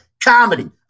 comedy